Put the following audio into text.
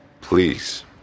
Please